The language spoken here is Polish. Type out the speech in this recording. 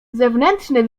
zewnętrzny